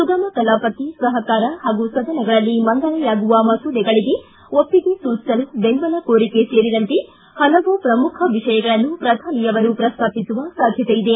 ಸುಗಮ ಕಲಾಪಕ್ಕೆ ಸಹಕಾರ ಹಾಗೂ ಸದನಗಳಲ್ಲಿ ಮಂಡನೆಯಾಗುವ ಮಸೂದೆಗಳಿಗೆ ಒಪ್ಪಿಗೆ ಸೂಚಿಸಲು ಬೆಂಬಲ ಕೋರಿಕೆ ಸೇರಿದಂತೆ ಹಲವು ಪ್ರಮುಖ ವಿಷಯಗಳನ್ನು ಪ್ರಧಾನಿಯವರು ಪ್ರಸ್ತಾಪಿಸುವ ಸಾಧ್ಯತೆ ಇದೆ